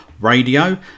radio